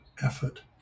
effort